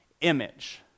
image